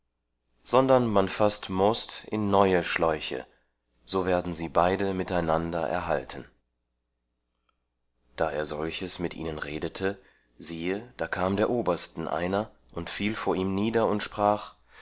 sondern man faßt most in neue schläuche so werden sie beide miteinander erhalten da er solches mit ihnen redete siehe da kam der obersten einer und fiel vor ihm nieder und sprach